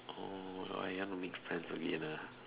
oh why you want to make friends again ah